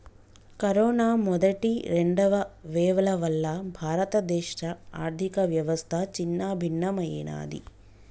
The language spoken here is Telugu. కరోనా మొదటి, రెండవ వేవ్ల వల్ల భారతదేశ ఆర్ధికవ్యవస్థ చిన్నాభిన్నమయ్యినాది